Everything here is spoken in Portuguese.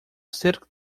cerca